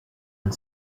and